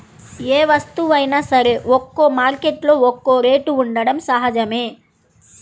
ఏ వస్తువైనా సరే ఒక్కో మార్కెట్టులో ఒక్కో రేటు ఉండటం సహజమే